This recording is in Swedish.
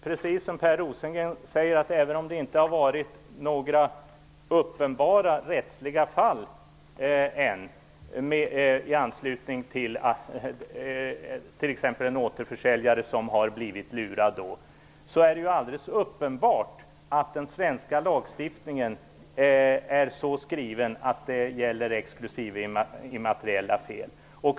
Även om det ännu inte har förekommit några uppenbara rättsliga fall i anslutning till att t.ex. en återförsäljare har blivit lurad är det uppenbart att den svenska lagstiftningen är så skriven att den gäller exklusive immateriella fel.